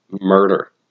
murder